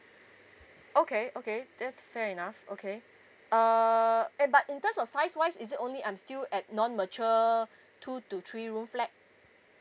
okay okay that's fair enough okay uh eh but in terms of size wise is it only I'm still at non mature two to three rooms flat